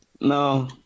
No